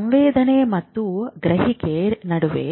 ಸಂವೇದನೆ ಮತ್ತು ಗ್ರಹಿಕೆ ನಡುವೆ